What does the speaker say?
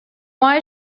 why